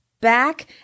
back